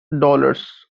dollars